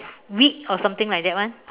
wheat or something like that [one]